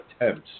attempts